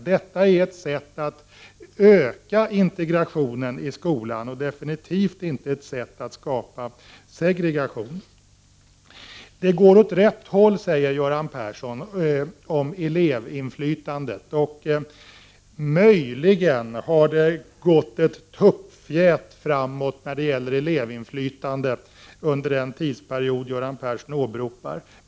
Detta är ett sätt att öka integrationen i skolan och definitivt inte ett sätt att skapa segregation. Det går åt rätt håll, säger Göran Persson om elevinflytandet. Möjligen har vi gått ett tuppfjät framåt när det gäller elevinflytandet under den tidsperiod Göran Persson åberopar.